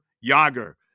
Yager